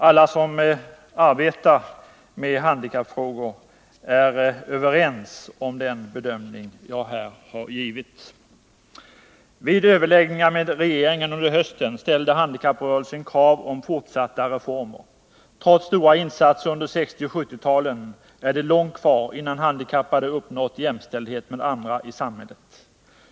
Alla som arbetar med handikappfrågor är överens om den bedömning jag här har givit. Vid överläggningar med regeringen under hösten ställde handikapprörelsen krav på fortsatta reformer. Trots stora insatser under 1960 och 1970-talen är det långt kvar innan handikappade uppnått jämställdhet med andra i samhället.